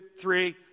three